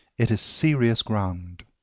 it is serious ground.